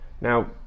Now